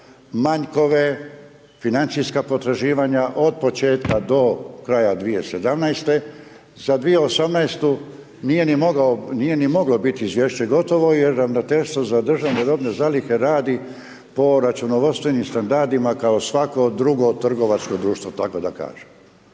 manjkove, financijska potraživanja od početka do kraja 2017., za 2018. nije ni moglo biti izvješće gotovo jer Ravnateljstvo za državne robne zalihe radi po računovodstvenim standardima kao svako drugo trgovačko društvo tako da kažem.